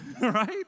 right